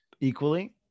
equally